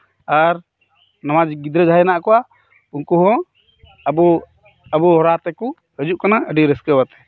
ᱟᱨ ᱱᱟᱶᱟ ᱜᱤᱫᱽᱨᱟᱹ ᱡᱟᱦᱟᱸᱭ ᱦᱮᱱᱟᱜ ᱟᱠᱟᱫ ᱠᱚᱣᱟ ᱩᱱᱠᱩ ᱦᱚᱸ ᱟᱵᱚ ᱟᱵᱩ ᱦᱚᱨᱟ ᱛᱮᱠᱚ ᱦᱤᱡᱩᱜ ᱠᱟᱱᱟ ᱟᱹᱰᱤ ᱨᱟᱹᱥᱠᱟᱹ ᱟᱛᱮ